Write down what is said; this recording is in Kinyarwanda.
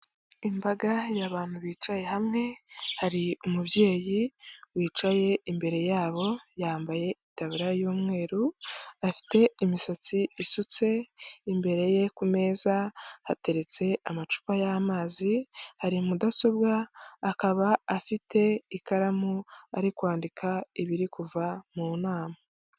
Imbaga y'abantu bicaye hamwe, hari umubyeyi wicaye imbere yabo yambaye itaburiya y'umweru afite imisatsi isutse, imbere ye ku meza hateretse amacupa y'amazi, hari mudasobwa, akaba afite ikaramu ari kwandika ibiri kuva mu nama.